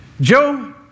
Joe